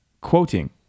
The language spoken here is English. quoting